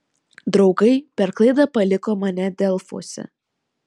draugai per klaidą paliko mane delfuose